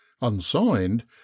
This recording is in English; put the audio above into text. unsigned